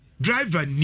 Driver